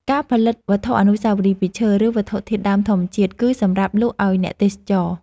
ការផលិតវត្ថុអនុស្សាវរីយ៍ពីឈើ ឬវត្ថុធាតុដើមធម្មជាតិ គឺសម្រាប់លក់ឲ្យអ្នកទេសចរណ៍។